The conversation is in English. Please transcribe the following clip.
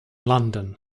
london